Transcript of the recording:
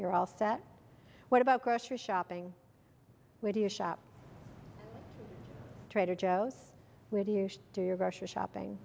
you're all set what about grocery shopping where do you shop trader joe's where do you do your grocery shopping